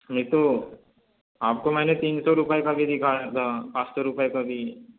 नहीं तो आपको मैंने तीन सौ रुपये का भी दिखाया था पाँच सौ रुपये का भी